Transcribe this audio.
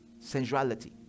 sensuality